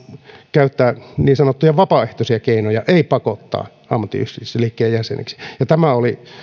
käyttää niin sanottuja vapaaehtoisia keinoja ei pakottaa ammattiyhdistysliikkeen jäseneksi tämä oli